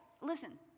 listen